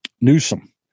Newsom